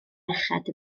merched